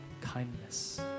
kindness